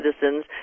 citizens